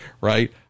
right